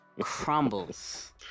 Crumbles